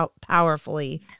powerfully